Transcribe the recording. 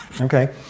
Okay